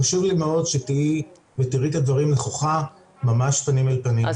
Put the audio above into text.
חשוב לי מאוד שתהיי ותראי את הדברים נכוחה ממש פנים אל פנים.